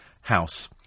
House